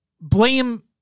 Blame